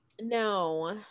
no